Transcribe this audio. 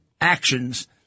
actions